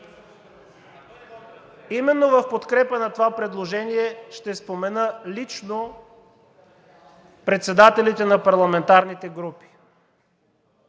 Именно в подкрепа на това предложение ще спомена лично председателите на парламентарните групи.